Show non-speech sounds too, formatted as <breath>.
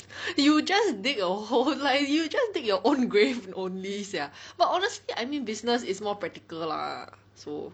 <breath> you just dig a whole lie you just dig your own grave only sia but honestly I mean business is more practical lah so